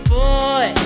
boy